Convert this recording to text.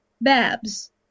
Babs